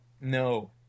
no